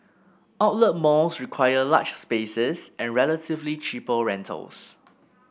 outlet malls require large spaces and relatively cheaper rentals